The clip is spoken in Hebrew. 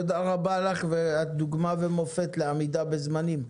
תודה רבה לך, ואת דוגמה ומופת לעמידה בזמנים.